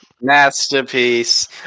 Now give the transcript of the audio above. Masterpiece